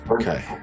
Okay